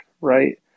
right